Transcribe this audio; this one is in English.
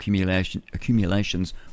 accumulations